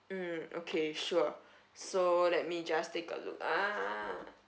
mm okay sure so let me just take a look ah